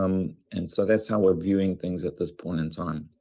um and so that's how we're viewing things at this point in time.